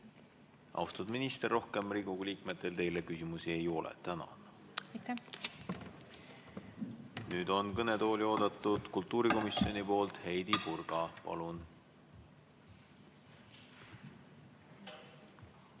Austatud minister, rohkem Riigikogu liikmetel teile küsimusi ei ole. Tänan! Nüüd on kõnetooli oodatud kultuurikomisjoni nimel Heidy Purga. Palun!